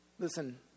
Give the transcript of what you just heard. Listen